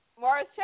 Morris